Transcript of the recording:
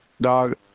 dog